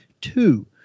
two